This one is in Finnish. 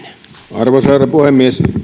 arvoisa herra puhemies